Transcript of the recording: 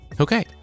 Okay